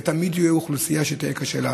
ותמיד תהיה אוכלוסייה שיותר קשה לה,